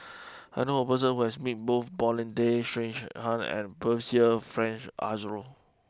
I knew a person who has met both Paulin Tay Straughan and Percival Frank Aroozoo